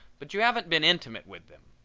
but you haven't been intimate with them.